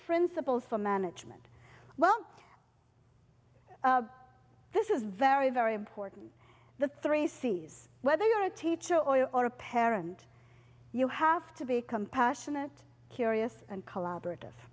principles for management well this is very very important the three cs whether you are a teacher or a parent you have to be compassionate curious and collaborative